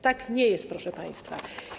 Tak nie jest, proszę państwa.